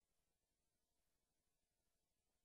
מחובתך ומחובת הממשלה לספק שירותי דיור לאזרחים ללא הבדל מיהו ומהו.